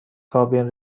کابین